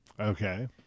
Okay